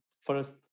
first